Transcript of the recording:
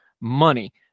money